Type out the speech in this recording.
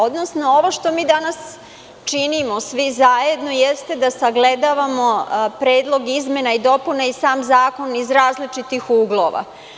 Ovo što mi danas činimo svi zajedno jeste da sagledavamo predlog izmena i dopuna i sam zakon iz različitih uglova.